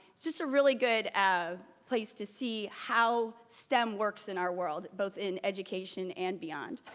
just a really good ah place to see how stem works in our world, both in education and beyond.